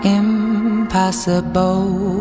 impossible